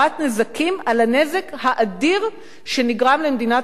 על הנזק האדיר שנגרם למדינת ישראל בשל התדמית.